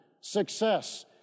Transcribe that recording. success